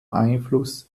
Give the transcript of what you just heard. einfluss